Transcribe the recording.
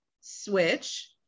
switch